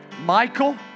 Michael